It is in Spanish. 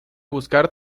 buscar